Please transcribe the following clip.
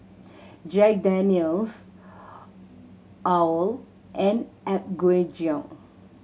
Jack Daniel's owl and Apgujeong